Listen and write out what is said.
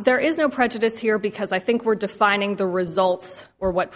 there is no prejudice here because i think we're defining the results or what